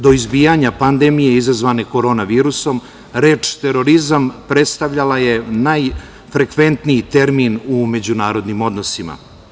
Do izbijanja pendemije izazvane korona virusom reč terorizam predstavljala je najfrekventniji termin u međunarodnim odnosima.